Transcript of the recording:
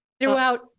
throughout